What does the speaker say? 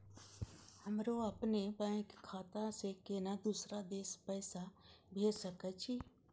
हमरो अपने बैंक खाता से केना दुसरा देश पैसा भेज सके छी?